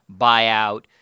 buyout